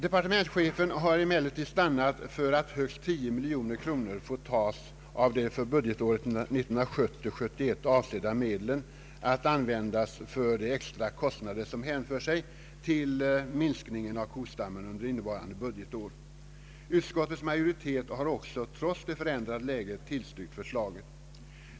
Departementschefen har stannat för att högst 10 miljoner kronor får tas av de för budgetåret 1970/71 avsedda medlen att användas för de extra kostnader, som hänför sig till minskningen av kostammen under innevarande budgetår. Utskottets majoritet har också, trots det förändrade läget, tillstyrkt departementschefens förslag.